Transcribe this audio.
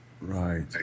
Right